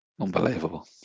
Unbelievable